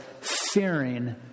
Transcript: fearing